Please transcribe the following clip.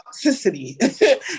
Toxicity